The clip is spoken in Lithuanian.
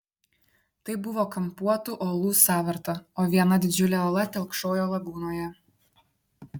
tai buvo kampuotų uolų sąvarta o viena didžiulė uola telkšojo lagūnoje